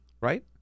right